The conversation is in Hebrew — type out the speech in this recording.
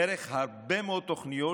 דרך הרבה מאוד תוכניות,